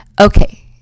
Okay